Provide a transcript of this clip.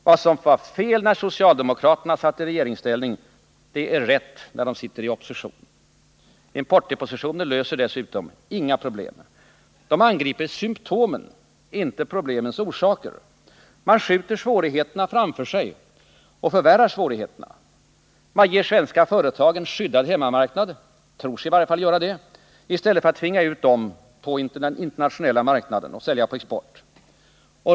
Vad som var fel när socialdemokraterna satt i regeringsställning är rätt när de sitter i opposition. Importdepositioner löser dessutom inga problem. De angriper symtomen —- inte problemens orsaker. Man skjuter svårigheterna framför sig och förvärrar dem. Man ger svenska företag en skyddad hemmamarknad — eller tror sig i varje fall göra det — i stället för att tvinga ut dem på den internationella marknaden och sälja på export.